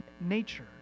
nature